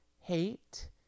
hate